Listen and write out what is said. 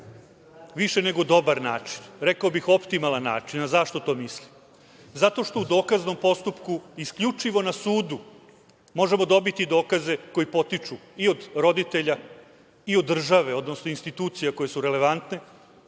više nego dobar način, rekao bih optimalan način. Zašto to mislim? Zato što u dokaznom postupku isključivo na sudu možemo dobiti dokaze koji potiču i od roditelja i od države, odnosno institucija koje su relevantne,